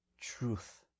truth